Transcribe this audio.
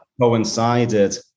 coincided